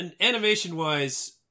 Animation-wise